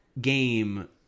game